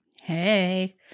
Hey